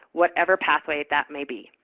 whatever pathway that may be.